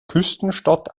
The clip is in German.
küstenstadt